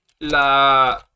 la